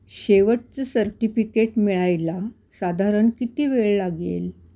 शेवटचं सर्टिफिकेट मिळायला साधारण किती वेळ लागेल